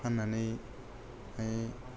फाननानै